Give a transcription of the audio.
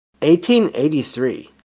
1883